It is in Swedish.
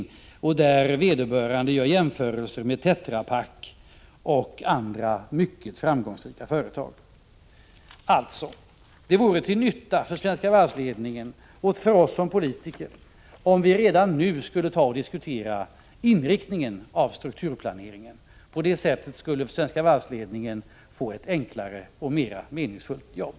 I årsberättelsen gör professor Eric Rhenman jämförelse med Tetra Pak och andra mycket framgångsrika företag. Sammanfattningsvis: Det vore till nytta för Svenska Varv-ledningen, och oss politiker, om vi redan nu kunde diskutera inriktningen av strukturplaneringen. På det sättet skulle Svenska Varv-ledningen få ett enklare och mera meningsfullt jobb.